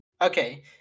okay